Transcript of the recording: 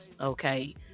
okay